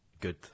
good